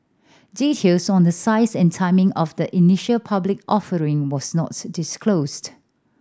details on the size and timing of the initial public offering was not disclosed